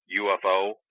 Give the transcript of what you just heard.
UFO